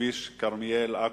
בכביש כרמיאל עכו.